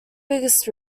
biggest